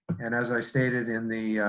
and as i stated in the